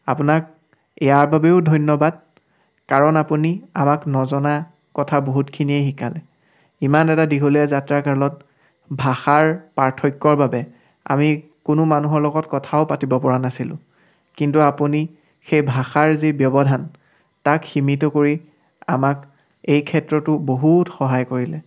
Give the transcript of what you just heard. আপোনাক ইয়াৰ বাবেও ধন্যবাদ কাৰণ আপুনি আমাক নজনা কথা বহুতখিনিয়ে শিকালে ইমান এটা দীঘলীয়া যাত্ৰাকালত ভাষাৰ পাৰ্থক্যৰ বাবে আমি কোনো মানুহৰ লগত কথাও পাতিব পৰা নাছিলোঁ কিন্তু আপুনি সেই ভাষাৰ যি ব্যৱধান তাক সীমিত কৰি আমাক এই ক্ষেত্ৰতো বহুত সহায় কৰিলে